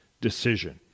decision